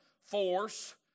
force